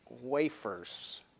wafers